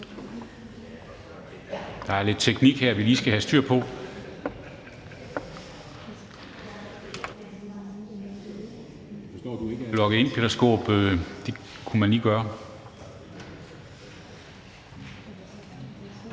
Der er lidt teknik her, vi lige skal have styr på.